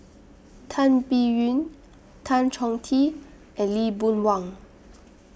Tan Biyun Tan Chong Tee and Lee Boon Wang